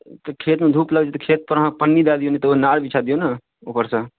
तऽ खेतमे धूप लागि जेतै खेतपर अहाँ पन्नी दए दियौ ने तऽ ओ नार बिछा दियौ ने ऊपरसँ